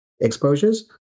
exposures